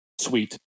sweet